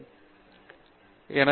பிரதாப் ஹரிதாஸ் சரி